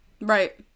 right